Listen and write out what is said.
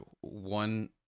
one